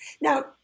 Now